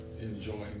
enjoying